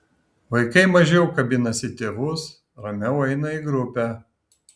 vaikai mažiau kabinasi į tėvus ramiau eina į grupę